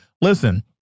listen